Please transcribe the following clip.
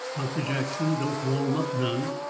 doctor jackson don't warm up none,